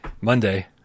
Monday